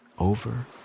Over